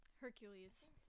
Hercules